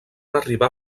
arribar